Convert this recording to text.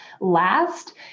last